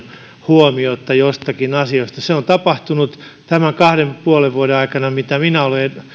huomiotta jostakin asiasta se on tapahtunut tämän kahden ja puolen vuoden aikana mitä minä olen